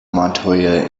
montoya